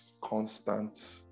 constant